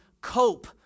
cope